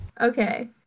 Okay